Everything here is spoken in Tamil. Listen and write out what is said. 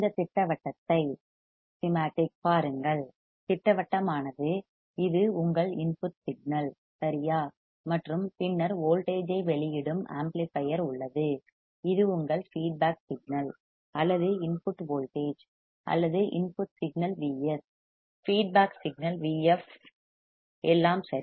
இந்த திட்டவட்டத்தைப் ஸ்செமாட்டிக் பாருங்கள் திட்டவட்டமானது ஸ்செமாட்டிக் இது உங்கள் இன்புட் சிக்னல் சரியா மற்றும் பின்னர் வோல்டேஜ் ஐ வெளியிடும் ஆம்ப்ளிபையர் உள்ளது இது உங்கள் ஃபீட்பேக் சிக்னல் அல்லது இன்புட் வோல்டேஜ் அல்லது input signal Vs feedback signal Vf எல்லாம் சரி